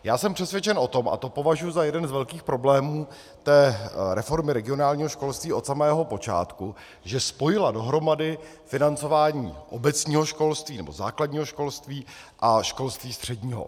Já jsem přesvědčen o tom, a to považuji za jeden z velkých problémů té reformy regionálního školství od samého počátku, že spojila dohromady financování obecního školství, nebo základního školství, a školství středního.